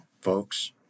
folks